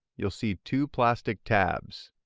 you will see two plastic tabs.